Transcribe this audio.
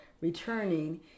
returning